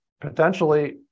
potentially